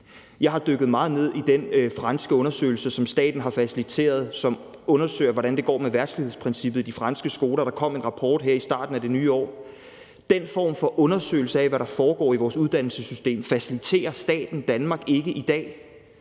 Jeg har dykket meget ned i den franske undersøgelse, som staten har faciliteret, og som undersøger, hvordan det går med verdslighedsprincippet i de franske skoler. Der kom en rapport her i starten af det nye år. Den form for undersøgelse af, hvad der foregår i vores uddannelsessystem, faciliterer staten Danmark ikke i dag.